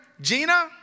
Gina